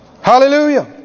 Hallelujah